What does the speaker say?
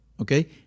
Okay